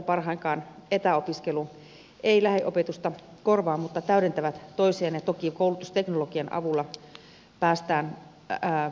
parhainkaan etäopiskelu ei lähiopetusta korvaa mutta ne täydentävät toisiaan ja toki koulutusteknologian avulla päästään tuloksiin